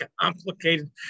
complicated